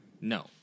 No